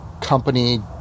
Company